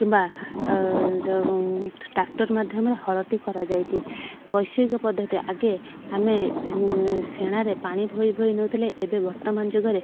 କିମ୍ବା ଯୋଉଁ ଟ୍ରାକ୍ଟର୍ ମାଧ୍ୟମରେ ହଳଟି କରାଯାଇଛି ବୈଷୟିକ ପଦ୍ଧତି ଆଗେ ଆମେ ଶେଣାରେ ପାଣି ବୋହି ବୋହି ନେଉଥିଲେ ଏବେ ବର୍ତ୍ତମାନ ଯୁଗରେ